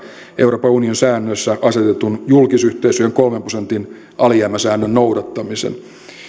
euroopan unionin säännöissä asetetun julkisyhteisöjen kolmen prosentin alijäämäsäännön noudattamisen